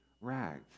rags